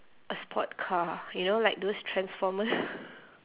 a sport car you know like those transformer